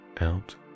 out